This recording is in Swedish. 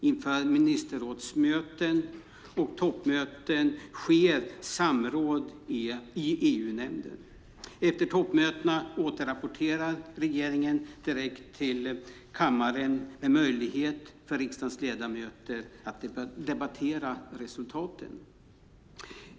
Inför ministerrådsmöten och toppmöten sker samråd i EU-nämnden. Efter toppmötena återrapporterar regeringen direkt till kammaren, med möjlighet för riksdagens ledamöter att debattera resultaten.